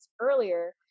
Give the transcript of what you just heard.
earlier